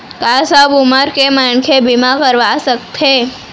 का सब उमर के मनखे बीमा करवा सकथे?